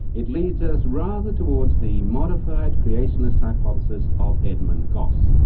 it leads us rather towards the modified creationist hypothesis of edmund gosse,